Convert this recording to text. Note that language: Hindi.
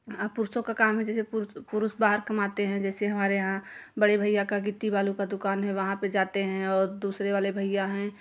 पुरुषों का काम है जैसे पुरुष बाहर कमाते हैं जैसे हमारे यहाँ बड़े भैया का गिट्टी बालू का दुकान है वहाँ पे जाते हैं और दूसरे वाले भैया हैं